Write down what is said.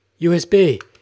USB